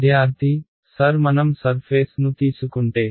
విద్యార్థి సర్ మనం సర్ఫేస్ ను తీసుకుంటే